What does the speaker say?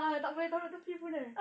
a'ah tak boleh taruk tepi pun kan